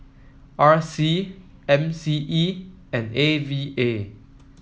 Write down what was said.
R C M C E and A V A